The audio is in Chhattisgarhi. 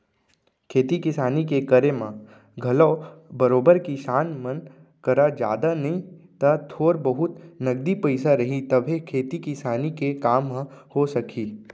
खेती किसानी के करे म घलौ बरोबर किसान मन करा जादा नई त थोर बहुत नगदी पइसा रही तभे खेती किसानी के काम ह हो सकही